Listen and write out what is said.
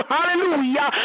Hallelujah